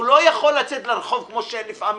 הוא לא יכול לצאת לרחוב כפי שלפעמים,